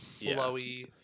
flowy